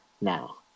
now